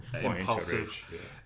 impulsive